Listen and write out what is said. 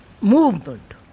movement